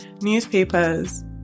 Newspapers